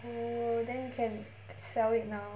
oh then you can sell it now